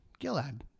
Gilad